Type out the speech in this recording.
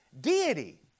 deity